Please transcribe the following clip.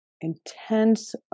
intense